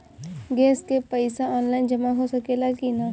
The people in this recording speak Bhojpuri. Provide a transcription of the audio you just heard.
गैस के पइसा ऑनलाइन जमा हो सकेला की?